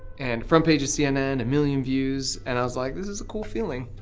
and front page of cnn, a million views. and i was like this is a cool feeling.